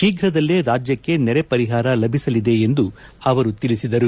ಶೀಘ್ರದಲ್ಲೇ ರಾಜ್ಯಕ್ಕೆ ನೆರೆ ಪರಿಹಾರ ಲಭಿಸಲಿದೆ ಎಂದು ಅವರು ತಿಳಿಸಿದರು